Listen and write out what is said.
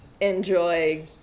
enjoy